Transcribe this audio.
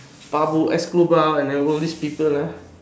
Pablo-Escobar and you know all these people ah